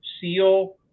SEAL